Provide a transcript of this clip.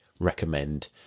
recommend